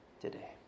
today